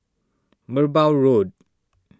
Merbau Road